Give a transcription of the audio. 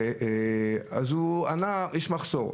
אז הוא ענה שיש מחסור.